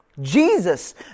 Jesus